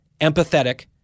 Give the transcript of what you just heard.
empathetic